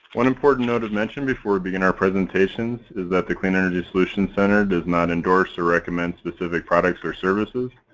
one important note to mention before we begin our presentations is that the clean energy solutions center does not endorse or recommend specific products or services.